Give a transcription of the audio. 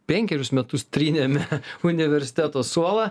penkerius metus trynėme universiteto suolą